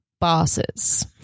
bosses